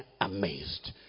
amazed